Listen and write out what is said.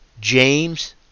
James